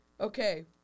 Okay